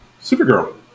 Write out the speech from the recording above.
Supergirl